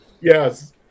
Yes